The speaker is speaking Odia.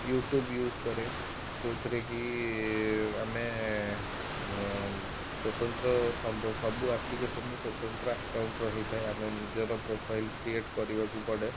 ୟୁଟ୍ୟୁବ୍ ୟୁଜ୍ କରେ ଯେଉଁଥିରେ କି ଆମେ ସ୍ଵତନ୍ତ୍ର ସବୁ ସବୁ ଆପ୍ଲିକେସନ୍ ସ୍ଵତନ୍ତ୍ର ଆକାଉଣ୍ଟ ରହିଥାଏ ଆମେ ନିଜର ପ୍ରୋଫାଇଲ୍ କ୍ରିଏଟ୍ କରିବାକୁ ପଡ଼େ